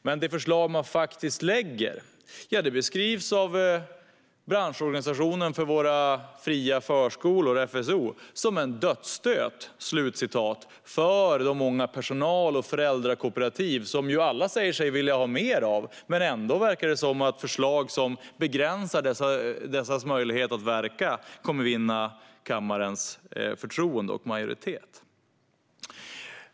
Men det förslag man faktiskt lägger fram beskrivs av branschorganisationen för våra fria förskolor, FSO, som en dödsstöt för de många personal och föräldrakooperativ som ju alla säger sig vilja ha mer av. Men ändå verkar det som att förslag som begränsar dessas möjlighet att verka kommer att vinna kammarens förtroende och majoritet.